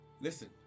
Listen